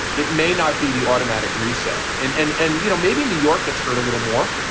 it may not be the automatic reset and and and you know maybe new york gets hurt a little more.